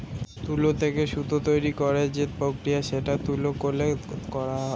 তুলো থেকে সুতো তৈরী করার যে প্রক্রিয়া সেটা তুলো কলে করা হয়